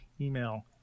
email